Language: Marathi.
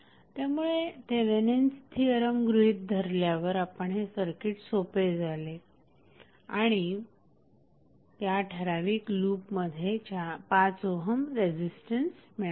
त्यामुळे थेवेनिन्स थिअरम गृहीत धरल्यावर आपले हे सर्किट सोपे झाले आणि या ठराविक लूपमध्ये 5 ओहम रेझिस्टन्स मिळाला